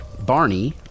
Barney